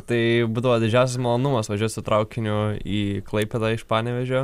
tai buvo didžiausias malonumas važiuot su traukiniu į klaipėdą iš panevėžio